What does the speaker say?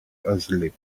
asleep